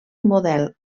model